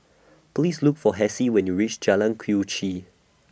Please Look For Hassie when YOU REACH Jalan Quee Chee